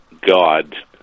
God